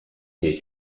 here